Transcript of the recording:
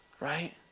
right